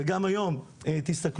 וגם היום תסתכלו,